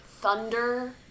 thunder